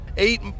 Eight